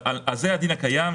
זה הדין הקיים.